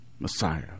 Messiah